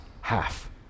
half